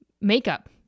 makeup